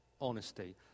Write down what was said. honesty